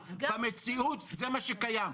במציאות זה מה שקיים.